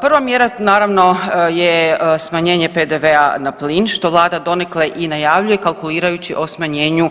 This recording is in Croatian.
Prva mjera naravno je smanjenje PDV-a na plin, što vlada donekle i najavljuje kalkulirajući o smanjenju